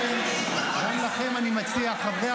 גם לכם אני מציע, חברי